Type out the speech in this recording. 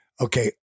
okay